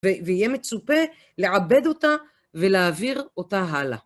ויהיה מצופה לעבד אותה ולהעביר אותה הלאה.